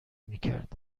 میکرد